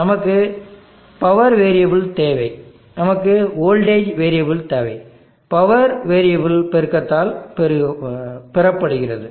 நமக்கு power variable தேவை நமக்கு வோல்டேஜ் வேரியபில் தேவை பவர் வேரியபில் பெருக்கத்தால் பெறப்படுகிறது